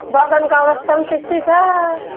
बगानको अवस्था पनि त्यस्तै छ